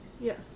Yes